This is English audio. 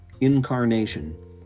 Incarnation